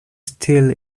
still